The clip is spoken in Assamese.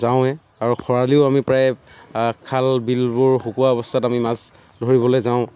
যাওঁৱেই আৰু খৰালিও আমি প্ৰায় খাল বিলবোৰ শুকোৱা অৱস্থাত আমি মাছ ধৰিবলৈ যাওঁ